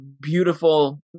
beautiful